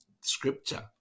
Scripture